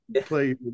play